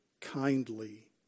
kindly